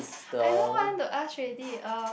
I know what I want to ask already uh